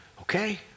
Okay